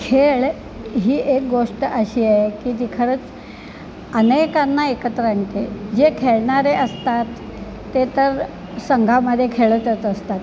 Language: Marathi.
खेळ ही एक गोष्ट अशी आहे की जी खरंच अनेकांना एकत्रांते जे खेळणारे असतात ते तर संघामध्ये खेळतच असतात